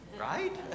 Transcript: right